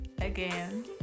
again